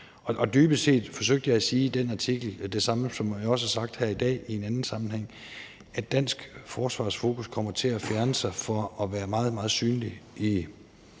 Og dybest set forsøgte jeg at sige det samme i den artikel, som jeg også har sagt her i dag i en anden sammenhæng, nemlig at dansk forsvars fokus kommer til at fjerne sig fra at være meget, meget synlig i